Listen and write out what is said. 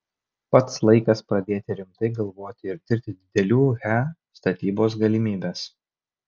pats laikas pradėti rimtai galvoti ir tirti didelių he statybos galimybes